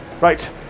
Right